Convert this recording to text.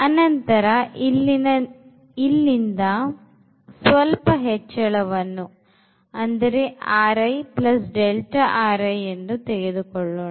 ಅನಂತರ ಇಲ್ಲಿಂದ ಸ್ವಲ್ಪ ಹೆಚ್ಚಳವನ್ನು ಎಂದು ತೆಗೆದುಕೊಳ್ಳೋಣ